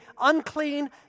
unclean